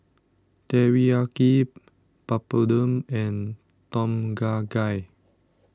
Teriyaki Papadum and Tom Kha Gai